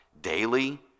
daily